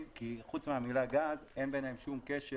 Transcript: כי חוץ מהמילה גז אין ביניהם שום קשר,